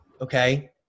okay